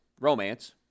romance